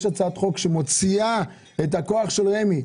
יש הצעת חוק שמוציאה את הכוח של רמ"י.